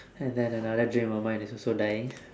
and then another dream of mine is also dying